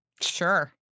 Sure